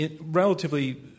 relatively